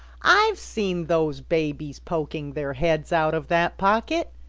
i've seen those babies poking their heads out of that pocket.